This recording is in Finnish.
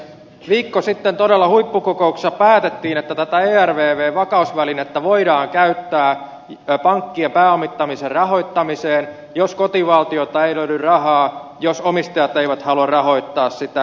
viikko sitten todella huippukokouksessa päätettiin että tätä ervv vakausvälinettä voidaan käyttää pankkien pääomittamisen rahoittamiseen jos kotivaltiolta ei löydy rahaa ja jos omistajat eivät halua rahoittaa sitä